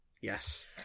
Yes